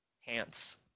hands